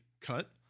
cut